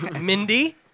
Mindy